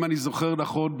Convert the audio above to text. אם אני זוכר נכון,